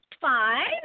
Fine